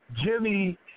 Jimmy